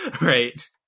right